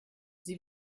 sie